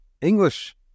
English